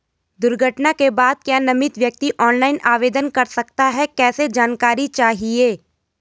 दुर्घटना के बाद क्या नामित व्यक्ति ऑनलाइन आवेदन कर सकता है कैसे जानकारी चाहिए?